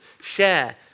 share